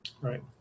Right